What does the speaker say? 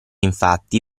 infatti